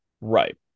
Right